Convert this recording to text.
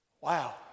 Wow